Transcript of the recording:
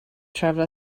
travel